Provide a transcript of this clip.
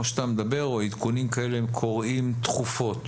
כמו שאתה אומר או עדכונים האלה קורים תכופות,